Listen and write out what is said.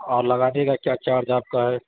اور لگانے کا کیا چارج آپ کا ہے